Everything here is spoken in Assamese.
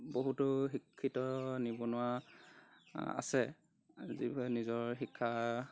বহুতো শিক্ষিত নিবনুৱা আছে যিবোৰে নিজৰ শিক্ষা